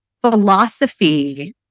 philosophy